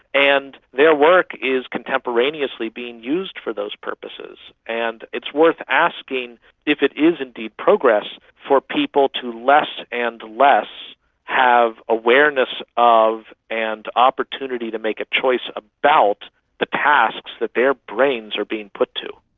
and their work is contemporaneously being used for those purposes. and it's worth asking if it is indeed progress for people to less and less have awareness of and opportunity to make a choice about the tasks that their brains are being put to.